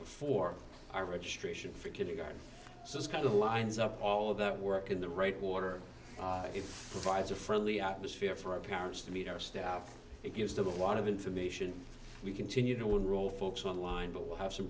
before our registration for kindergarten so this kind of lines up all of that work in the right water it provides a friendly atmosphere for parents to meet our staff it gives them a lot of information we continue to one role folks online but we have some